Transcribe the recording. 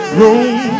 room